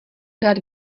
dát